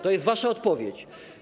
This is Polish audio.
To jest wasza odpowiedź.